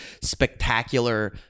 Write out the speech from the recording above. spectacular